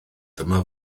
dyma